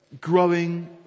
growing